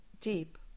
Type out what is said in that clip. deep